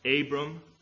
Abram